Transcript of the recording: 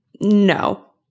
No